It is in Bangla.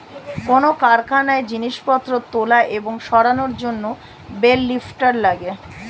কোন কারখানায় জিনিসপত্র তোলা এবং সরানোর জন্যে বেল লিফ্টার লাগে